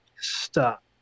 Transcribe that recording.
Stop